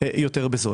יותר בזול.